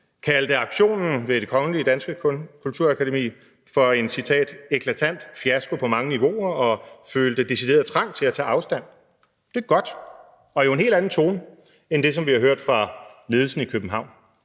kaldte aktionen ved Det Kongelige Danske Kunstakademi for en »eklatant fiasko på mange niveauer« og følte decideret trang til at tage afstand fra den. Det er godt og en helt anden tone end den, som vi har hørt fra ledelsen i København.